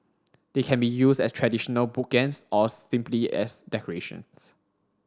they can be used as traditional bookends or simply as decorations